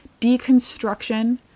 deconstruction